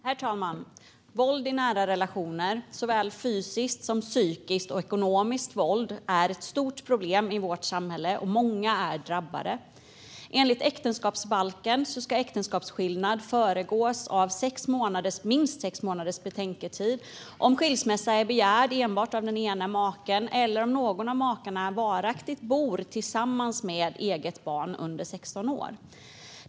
Herr talman! Våld i nära relationer, såväl fysiskt som psykiskt och ekonomiskt våld, är ett stort problem i vårt samhälle. Många är drabbade. Enligt äktenskapsbalken ska äktenskapsskillnad föregås av minst sex månaders betänketid om skilsmässa är begärd av enbart den ena maken eller om någon av makarna varaktigt bor tillsammans med eget barn under 16 år.